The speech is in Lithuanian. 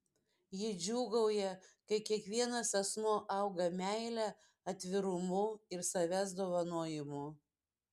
ji džiūgauja kai kiekvienas asmuo auga meile atvirumu ir savęs dovanojimu